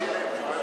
תציע להם,